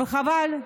וחבל.